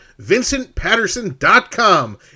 VincentPatterson.com